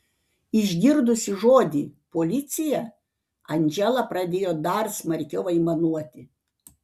išgirdusi žodį policija andžela pradėjo dar smarkiau aimanuoti